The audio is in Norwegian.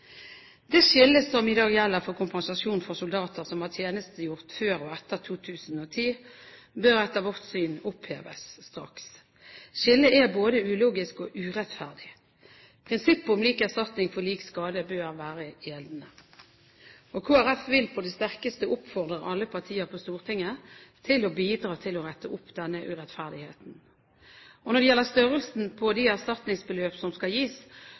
Det skillet som i dag gjelder for kompensasjon for soldater som har tjenestegjort før og etter 2010, bør etter vårt syn oppheves straks. Skillet er både ulogisk og urettferdig. Prinsippet om lik erstatning for lik skade bør være gjeldende. Kristelig Folkeparti vil på det sterkeste oppfordre alle partier på Stortinget til å bidra til å rette opp denne urettferdigheten. Når det gjelder størrelsen på de erstatningsbeløp som skal gis,